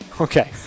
Okay